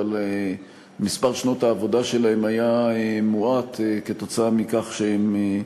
אבל מספר שנות העבודה שלהם היה מועט כתוצאה מכך שהם,